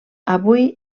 avui